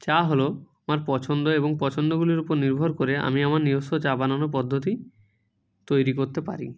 চা হলো আমার পছন্দ এবং পছন্দগুলির উপর নির্ভর করে আমি আমার নিজস্ব চা বানানোর পদ্ধতি তৈরি করতে পারি